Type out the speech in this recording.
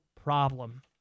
problem